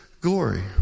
glory